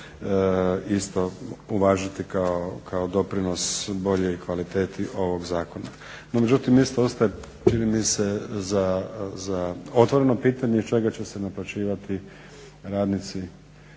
isto uvažiti kao doprinos boljoj kvaliteti ovog zakona. No međutim, isto ostaje čini mi se otvoreno pitanje od čega će se naplaćivati radnici